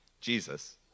Jesus